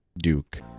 Duke